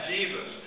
Jesus